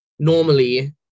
normally